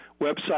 website